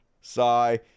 sigh